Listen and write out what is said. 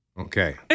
Okay